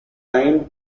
time